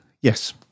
Yes